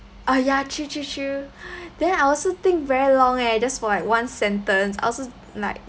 oh ya true true true then I also think very long eh just for like one sentence I also like